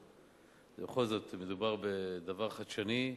כי בכל זאת מדובר בדבר חדשני,